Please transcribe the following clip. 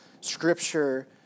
Scripture